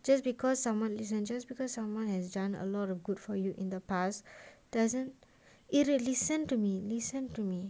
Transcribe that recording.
just because someone listen just because someone has done a lot of good for you in the past doesn't era listen to me listen to me